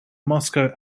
moscow